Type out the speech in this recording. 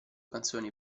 canzoni